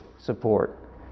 support